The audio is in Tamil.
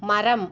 மரம்